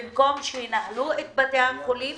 במקום שינהלו את בתי החולים,